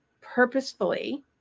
purposefully